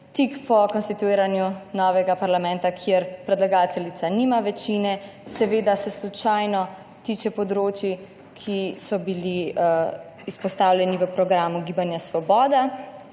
tik po konstituiranju novega parlamenta, kjer predlagateljica nima večine. Seveda se slučajno tiče področij, ki so bila izpostavljena v programu Gibanja Svoboda.